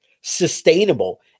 sustainable